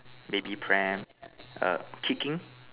baby pram err kicking